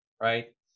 right